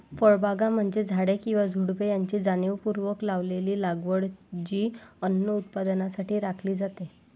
फळबागा म्हणजे झाडे किंवा झुडुपे यांची जाणीवपूर्वक लावलेली लागवड जी अन्न उत्पादनासाठी राखली जाते